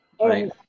Right